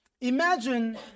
Imagine